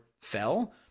fell